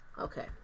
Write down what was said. okay